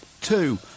Two